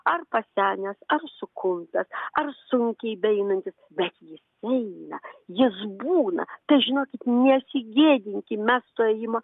ar pasenęs ar sukumpęs ar sunkiai beeinantis bet jis eina jis būna tai žinokit nesigėdinkim mes to ėjimo